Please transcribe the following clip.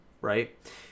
Right